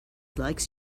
likes